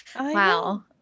Wow